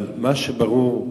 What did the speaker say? אבל ברור,